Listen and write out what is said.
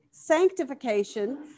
sanctification